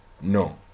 no